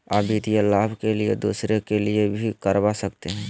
आ वित्तीय लाभ के लिए दूसरे के लिए भी करवा सकते हैं?